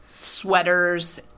sweaters